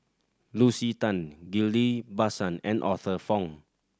Lucy Tan Ghillie Basan and Arthur Fong